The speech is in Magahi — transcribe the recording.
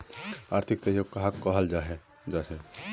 आर्थिक सहयोग कहाक कहाल जाहा जाहा?